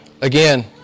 Again